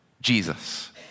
Jesus